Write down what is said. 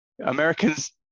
Americans